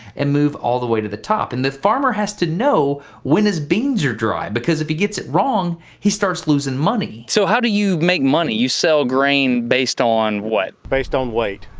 and move all the way to the top. and the farmer has to know when his beans are dry, because if he gets it wrong, he starts losing money. so, how do you make money? you sell grain based on, what? based on weight.